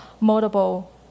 multiple